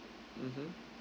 mmhmm